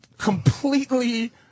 Completely